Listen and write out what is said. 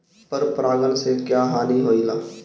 पर परागण से क्या हानि होईला?